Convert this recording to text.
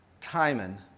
Timon